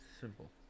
Simple